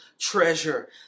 treasure